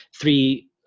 three